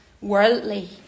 worldly